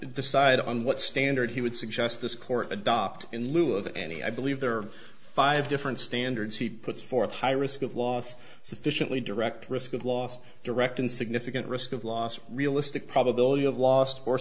decide on what standard he would suggest this court adopt in lieu of any i believe there are five different standards he puts forth high risk of loss sufficiently direct risk of loss direct and significant risk of loss realistic probability of lost or